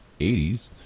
80s